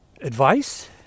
advice